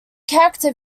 character